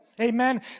amen